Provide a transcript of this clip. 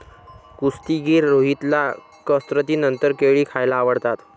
कुस्तीगीर रोहितला कसरतीनंतर केळी खायला आवडतात